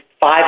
Five